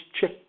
check